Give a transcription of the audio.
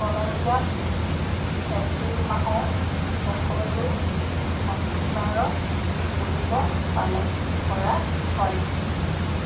কলম্বিয়াত April মাহৰ শেষৰটো শনিবাৰত শিশু দিৱস পালন কৰা হয়